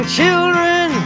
children